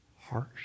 harsh